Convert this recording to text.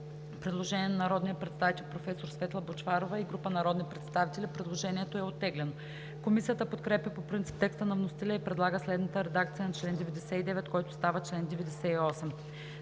предложение на народния представител професор Светла Бъчварова и група народни представители. Предложението е оттеглено. Комисията подкрепя по принцип текста на вносителя и предлага следната редакция на чл. 99, който става чл. 98: